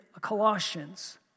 Colossians